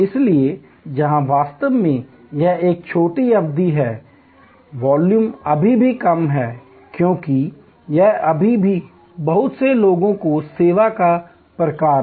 इसलिए जहां वास्तव में यह एक छोटी अवधि है वॉल्यूम अभी भी कम है क्योंकि यह अभी भी बहुत से लोगों को सेवा का प्रकार है